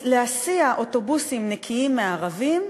להסיע אוטובוסים נקיים מערבים,